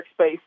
workspace